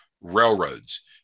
Railroads